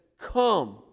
come